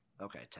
Okay